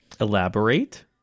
Elaborate